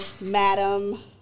madam